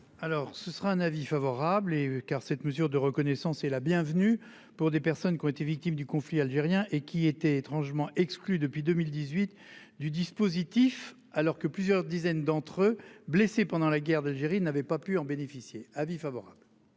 Alors ce sera un avis favorable et car cette mesure de reconnaissance est la bienvenue pour des personnes qui ont été victimes du conflit algérien et qui était étrangement exclus depuis 2018 du dispositif, alors que plusieurs dizaines d'entre eux blessé pendant la guerre d'Algérie n'avait pas pu en bénéficier. Avis favorable.